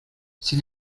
sin